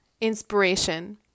inspiration